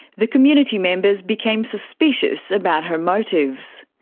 the community members became suspicious about her motives.